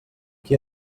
qui